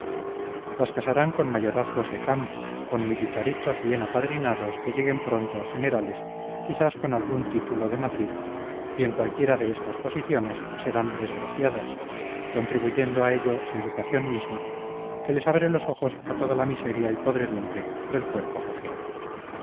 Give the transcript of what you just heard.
desdicha las casarán con mayorazgos de campo con militaritos bien apadrinados que lleguen pronto a generales quizás con algún título de madrid y en cualquiera de estas posiciones serán desgraciadas contribuyendo a ello su educación misma que les abre los ojos a toda la miseria y podredumbre del cuerpo social